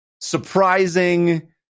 surprising